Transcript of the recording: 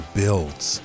builds